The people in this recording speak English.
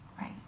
Right